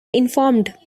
informed